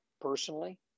personally